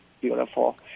beautiful